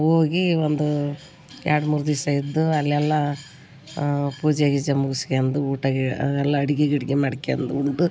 ಹೋಗಿ ಒಂದು ಎರಡು ಮೂರು ದಿಸ ಇದ್ದು ಅಲ್ಲೆಲ್ಲ ಪೂಜೆ ಗೀಜೆ ಮುಗಿಸ್ಕೊಂಡ್ ಊಟ ಎಲ್ಲ ಅಡಿಗೆ ಗಿಡ್ಗಿ ಮಾಡ್ಕೊಂಡ್ ಉಂಡು